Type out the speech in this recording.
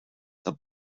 said